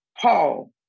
Paul